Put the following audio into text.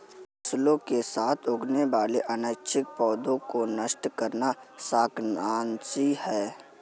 फसलों के साथ उगने वाले अनैच्छिक पौधों को नष्ट करना शाकनाशी है